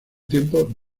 tiempos